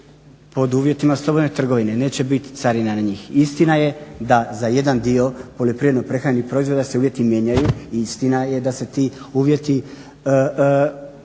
pod uvjetima slobodne trgovine, neće biti carina na njih. Istina je da za jedan dio poljoprivredno-prehrambenih proizvoda se uvjeti mijenjaju i istina je da se ti uvjeti